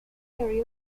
karaoke